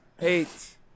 Eight